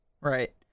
Right